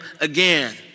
again